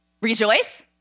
rejoice